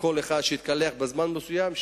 כל אחד שיתקלח בזמן מסוים,